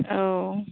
औ